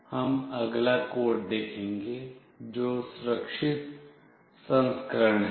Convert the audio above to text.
अब हम अगला कोड देखेंगे जो सुरक्षित संस्करण है